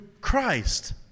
Christ